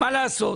מה לעשות?